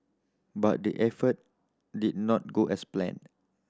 but the effort did not go as planned